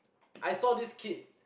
I saw this kid